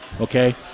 Okay